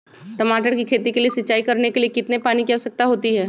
टमाटर की खेती के लिए सिंचाई करने के लिए कितने पानी की आवश्यकता होती है?